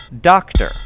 Doctor